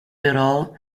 però